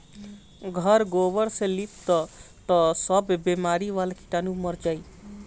घर गोबर से लिप दअ तअ सब बेमारी वाला कीटाणु मर जाइ